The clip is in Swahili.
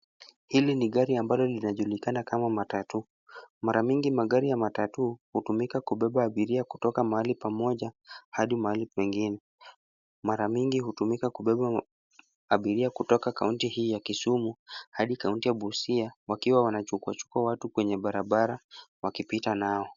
Hili ni gari ambalo linajulikana kama matatu. Mara nyingi magari ya matatu hutumika kubeba abiria kutoka mahali pamoja hadi mahali pengine. Mara mingi hutumika kubeba abiria kutoka kaunti hii ya kisumu, hadi kaunti ya Busia, wakiwa wanachukuachukua watu kwenye barabara wakipita nao.